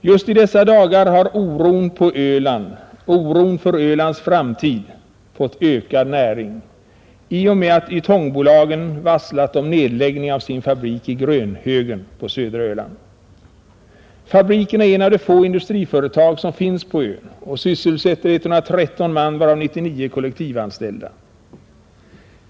Just i dessa dagar har oron för Ölands framtid fått ökad näring i och med att Ytongbolagen varslat om nedläggning av sin fabrik i Grönhögen på södra Öland. Fabriken är ett av de få industriföretag som finns på ön och sysselsätter 113 man, varav 99 kollektivanställda.